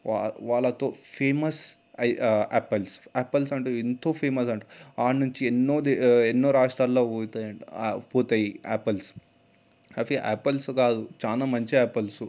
వాళ్ళతో famous apples apples అంటే ఎంతో ఫేమస్ అంట అక్కడ నుంచి ఎన్నో దేశ ఎన్నో రాష్ట్రాల్లో పోతాయంటా పోతాయి ఆపిల్స్ అవి ఆపిల్స్ కాదు చాలా మంచి ఆపిల్స్